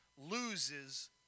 loses